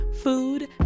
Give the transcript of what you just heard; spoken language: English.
food